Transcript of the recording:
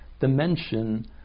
dimension